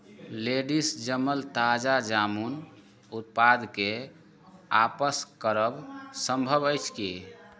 ladies जमल ताजा जामुन उत्पादकेँ वापस करब सम्भव अछि की